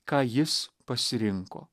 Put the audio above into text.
ką jis pasirinko